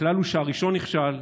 הכלל הוא שהראשון נכשל,